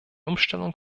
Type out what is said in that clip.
umstellung